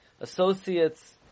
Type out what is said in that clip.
associates